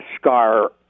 scar